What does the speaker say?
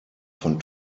von